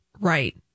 Right